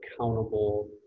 accountable